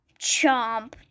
chomp